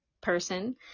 person